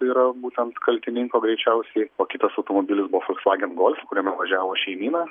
tai yra būtent kaltininko greičiausiai o kitas automobilis folsvagen golf kuriame važiavo šeimyna